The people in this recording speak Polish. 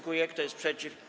Kto jest przeciw?